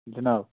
جِناب